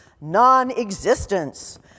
non-existence